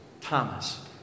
Thomas